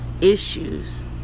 issues